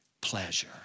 pleasure